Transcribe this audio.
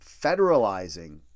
federalizing